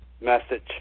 message